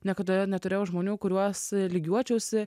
niekada neturėjau žmonių kuriuos lygiuočiausi